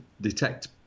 detect